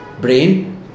brain